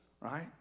right